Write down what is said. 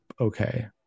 okay